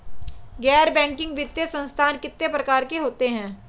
गैर बैंकिंग वित्तीय संस्थान कितने प्रकार के होते हैं?